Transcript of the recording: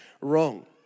wrong